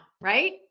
Right